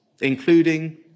including